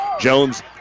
Jones